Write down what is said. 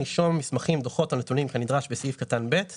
יש פה שני תיקונים שנוגעים לחובת הדיווח והתיעוד של קבוצות רב לאומיות.